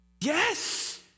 Yes